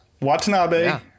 watanabe